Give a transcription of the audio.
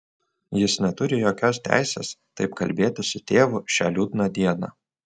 jis neturi jokios teisės taip kalbėti su tėvu šią liūdną dieną